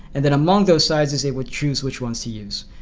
and then among those sizes it would choose which ones to use.